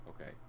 Okay